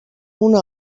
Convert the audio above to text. una